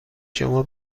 شما